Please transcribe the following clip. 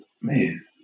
Man